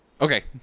Okay